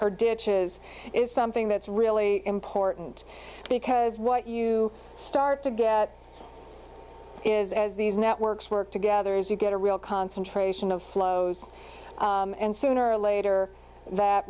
or ditches is something that's really important because what you start to get is as these networks work together is you get a real concentration of flows and sooner or later that